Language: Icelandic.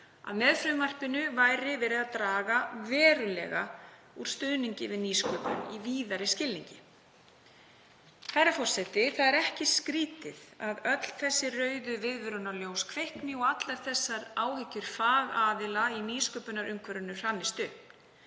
að með frumvarpinu væri verið að draga verulega úr stuðningi við nýsköpun í víðari skilningi. Herra forseti. Það er ekki skrýtið að öll þessi rauðu viðvörunarljós kvikni og allar þessar áhyggjur fagaðila í nýsköpunarumhverfinu hrannist upp.